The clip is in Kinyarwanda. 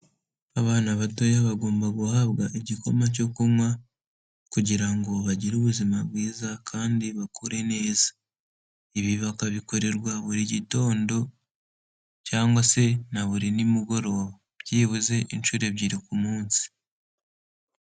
Abana batoya bagomba guhabwa igikoma cyo kunywa, kugira ngo bagire ubuzima bwiza kandi bakure neza. Ibi bakabikorerwa buri gitondo, cyangwa se na buri nimugoroba, byibuze inshuro ebyiri ku munsi.